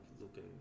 looking